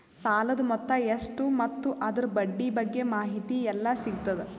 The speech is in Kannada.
ಸಾಲದ ಮೊತ್ತ ಎಷ್ಟ ಮತ್ತು ಅದರ ಬಡ್ಡಿ ಬಗ್ಗೆ ಮಾಹಿತಿ ಎಲ್ಲ ಸಿಗತದ?